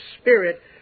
spirit